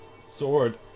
Sword